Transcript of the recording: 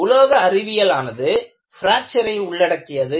உலோக அறிவியல் ஆனது பிராக்ச்சரை உள்ளடக்கியது